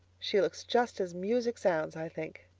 she looks just as music sounds, i think,